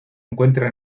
encuentra